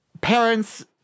parents